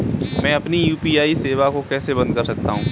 मैं अपनी यू.पी.आई सेवा को कैसे बंद कर सकता हूँ?